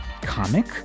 comic